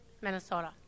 Minnesota